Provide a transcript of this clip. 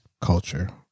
culture